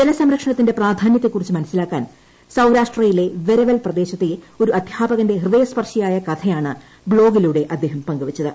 ജലസംരക്ഷണത്തിന്റെ പ്രാധാന്യ്ത്തെക്കുറിച്ച് മനസ്സിലാക്കാൻ സൌരാഷ്ട്രയിലെ വെരവ്വൽ പ്രദേശത്തെ ഒരു അദ്ധ്യാപകന്റെ ഹൃദയസ്പർശിയായ കഥിയ്യാണ് ബ്ലോഗിലൂടെ അദ്ദേഹം പങ്കുവച്ചത്